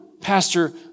Pastor